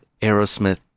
Aerosmith